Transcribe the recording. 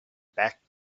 back